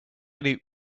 need